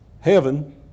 Heaven